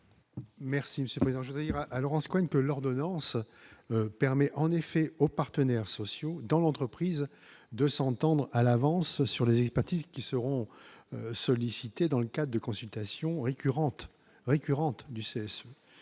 Merci Monsieur Mélenchon à Laurence Cohen que l'ordonnance permet en effet aux partenaires sociaux dans l'entreprise de s'entendre à l'avance sur les pratiques qui seront sollicités dans le cas de consultation récurrente